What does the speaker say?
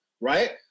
Right